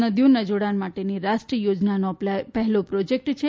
નદીઓના જોડાણ માટેની રાષ્ટ્રીય યોજનાનો આ પહેલો પ્રોજેક્ટ છે